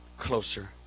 closer